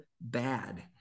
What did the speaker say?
bad